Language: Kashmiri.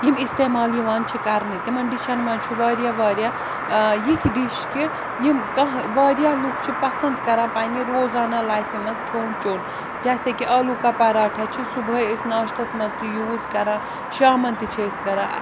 یِم اِستعمال یِوان چھِ کَرنہٕ تِمَن ڈِشَن مَنٛز چھُ واریاہ واریاہ یِتھۍ ڈِش کہِ یِم کانٛہہ واریاہ لُکھ چھِ پَسَنٛد کَران پنٛنہِ روزانہ لایفہِ منٛز کھیٚون چیوٚن جیسے کہِ آلوٗکا پَراٹھا چھِ صُبحٲے أسۍ ناشتَس منٛز تہِ یوٗز کَران شامَن تہِ چھِ أسۍ کَران